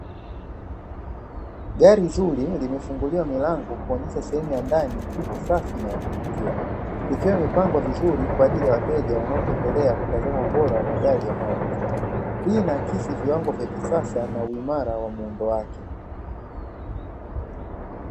Gari zuri limefunguliwa milango kuonyesha sehemu ya ndani ikiwa safi na ya kuvutia, ikiwa imepangwa vizuri kwa ajili ya wateja wanaoendelea kutizama ubora wa magari yanayouzwa. Hii inaakisi viwango vya kisasa na uimara wa muundo wake.